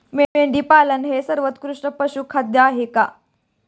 मेंढी पाळणे हे सर्वोत्कृष्ट पशुखाद्य आहे का?